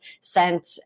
sent